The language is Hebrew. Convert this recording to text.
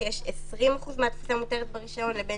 שיש 20% מהתפוסה המותרת ברישיון לבין